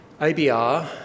ABR